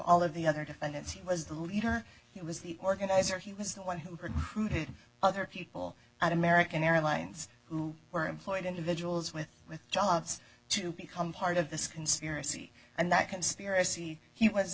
all of the other defendants he was the leader he was the organizer he was the one who crew to other people at american airlines who were employed individuals with with jobs to become part of this conspiracy and that conspiracy he was